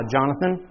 Jonathan